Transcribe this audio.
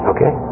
Okay